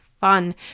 fun